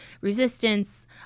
resistance